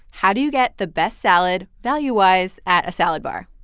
how do you get the best salad, value-wise, at a salad bar?